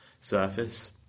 surface